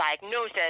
diagnosis